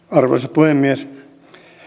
arvoisa puhemies